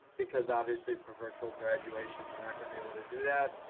because obviously for virtual graduation we're not going to be able to do that.